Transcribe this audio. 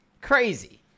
Crazy